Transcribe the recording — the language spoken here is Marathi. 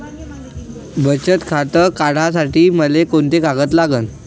बचत खातं काढासाठी मले कोंते कागद लागन?